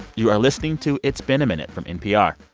you are listening to it's been a minute from npr.